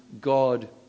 God